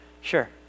sure